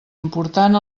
important